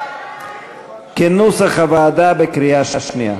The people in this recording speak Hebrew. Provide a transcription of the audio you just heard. כנוסח הוועדה, בקריאה שנייה.